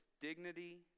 dignity